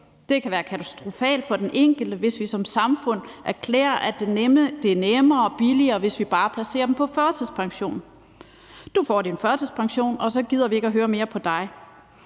Det kan være katastrofalt for den enkelte, hvis vi som samfund erklærer, at det er nemmere og billigere, hvis vi bare placerer dem på førtidspension: Du får din førtidspension, og så gider vi ikke høre mere på dig.